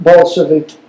Bolshevik